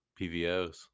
PVOs